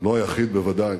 לא היחיד, בוודאי,